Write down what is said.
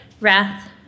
wrath